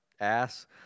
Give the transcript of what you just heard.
ass